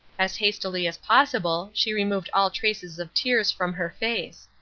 as hastily as possible she removed all traces of tears from her face.